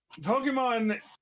Pokemon